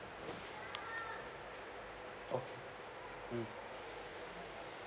okay mm